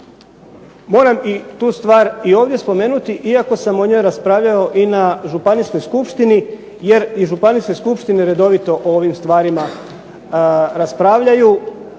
moram tu stvar i ovdje spomenuti iako sam o njoj raspravljao i na županijskoj skupštini jer i županijske skupštine redovito o ovim stvarima raspravljaju.